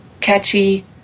catchy